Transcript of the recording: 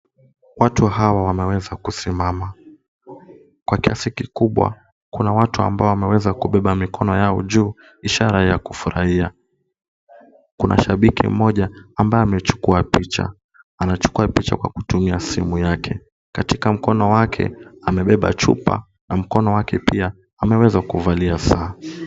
Watu hawa wameweza kusimama .Kwa kiasi kikubwa kuna watu ambao wameweza kubeba mikono yao juu ishara ya kufurahia. Kuna shabiki mmoja ambaye amechukua picha. Anachukua picha kwa kutumia simu yake. Katika mkono wake amebeba chupa na mkono wake pia ameweza kuvalia saa.